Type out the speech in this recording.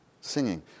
singing